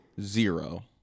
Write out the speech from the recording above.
zero